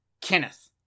Kenneth